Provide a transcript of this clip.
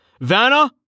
Vanna